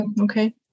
Okay